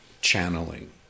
channeling